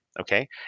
okay